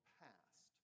past